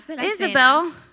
Isabel